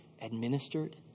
administered